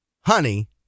Honey